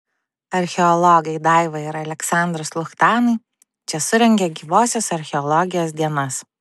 archeologai daiva ir aleksandras luchtanai čia surengė gyvosios archeologijos dienas